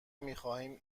میخواهیم